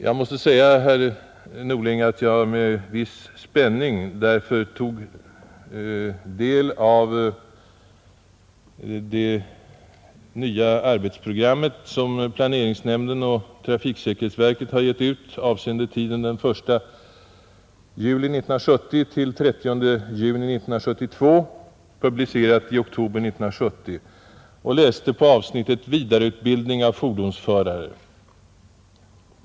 Jag måste säga herr Norling att jag därför med viss spänning tog del av det nya arbetsprogram som planeringsnämnden och trafiksäkerhetsverket har givit ut avseende tiden den 1 juli 1970 — 30 juni 1972, publicerat i oktober 1970, och läste avsnittet ”Vidareutbildning av fordonsförare”.